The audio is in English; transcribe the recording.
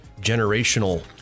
generational